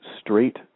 straight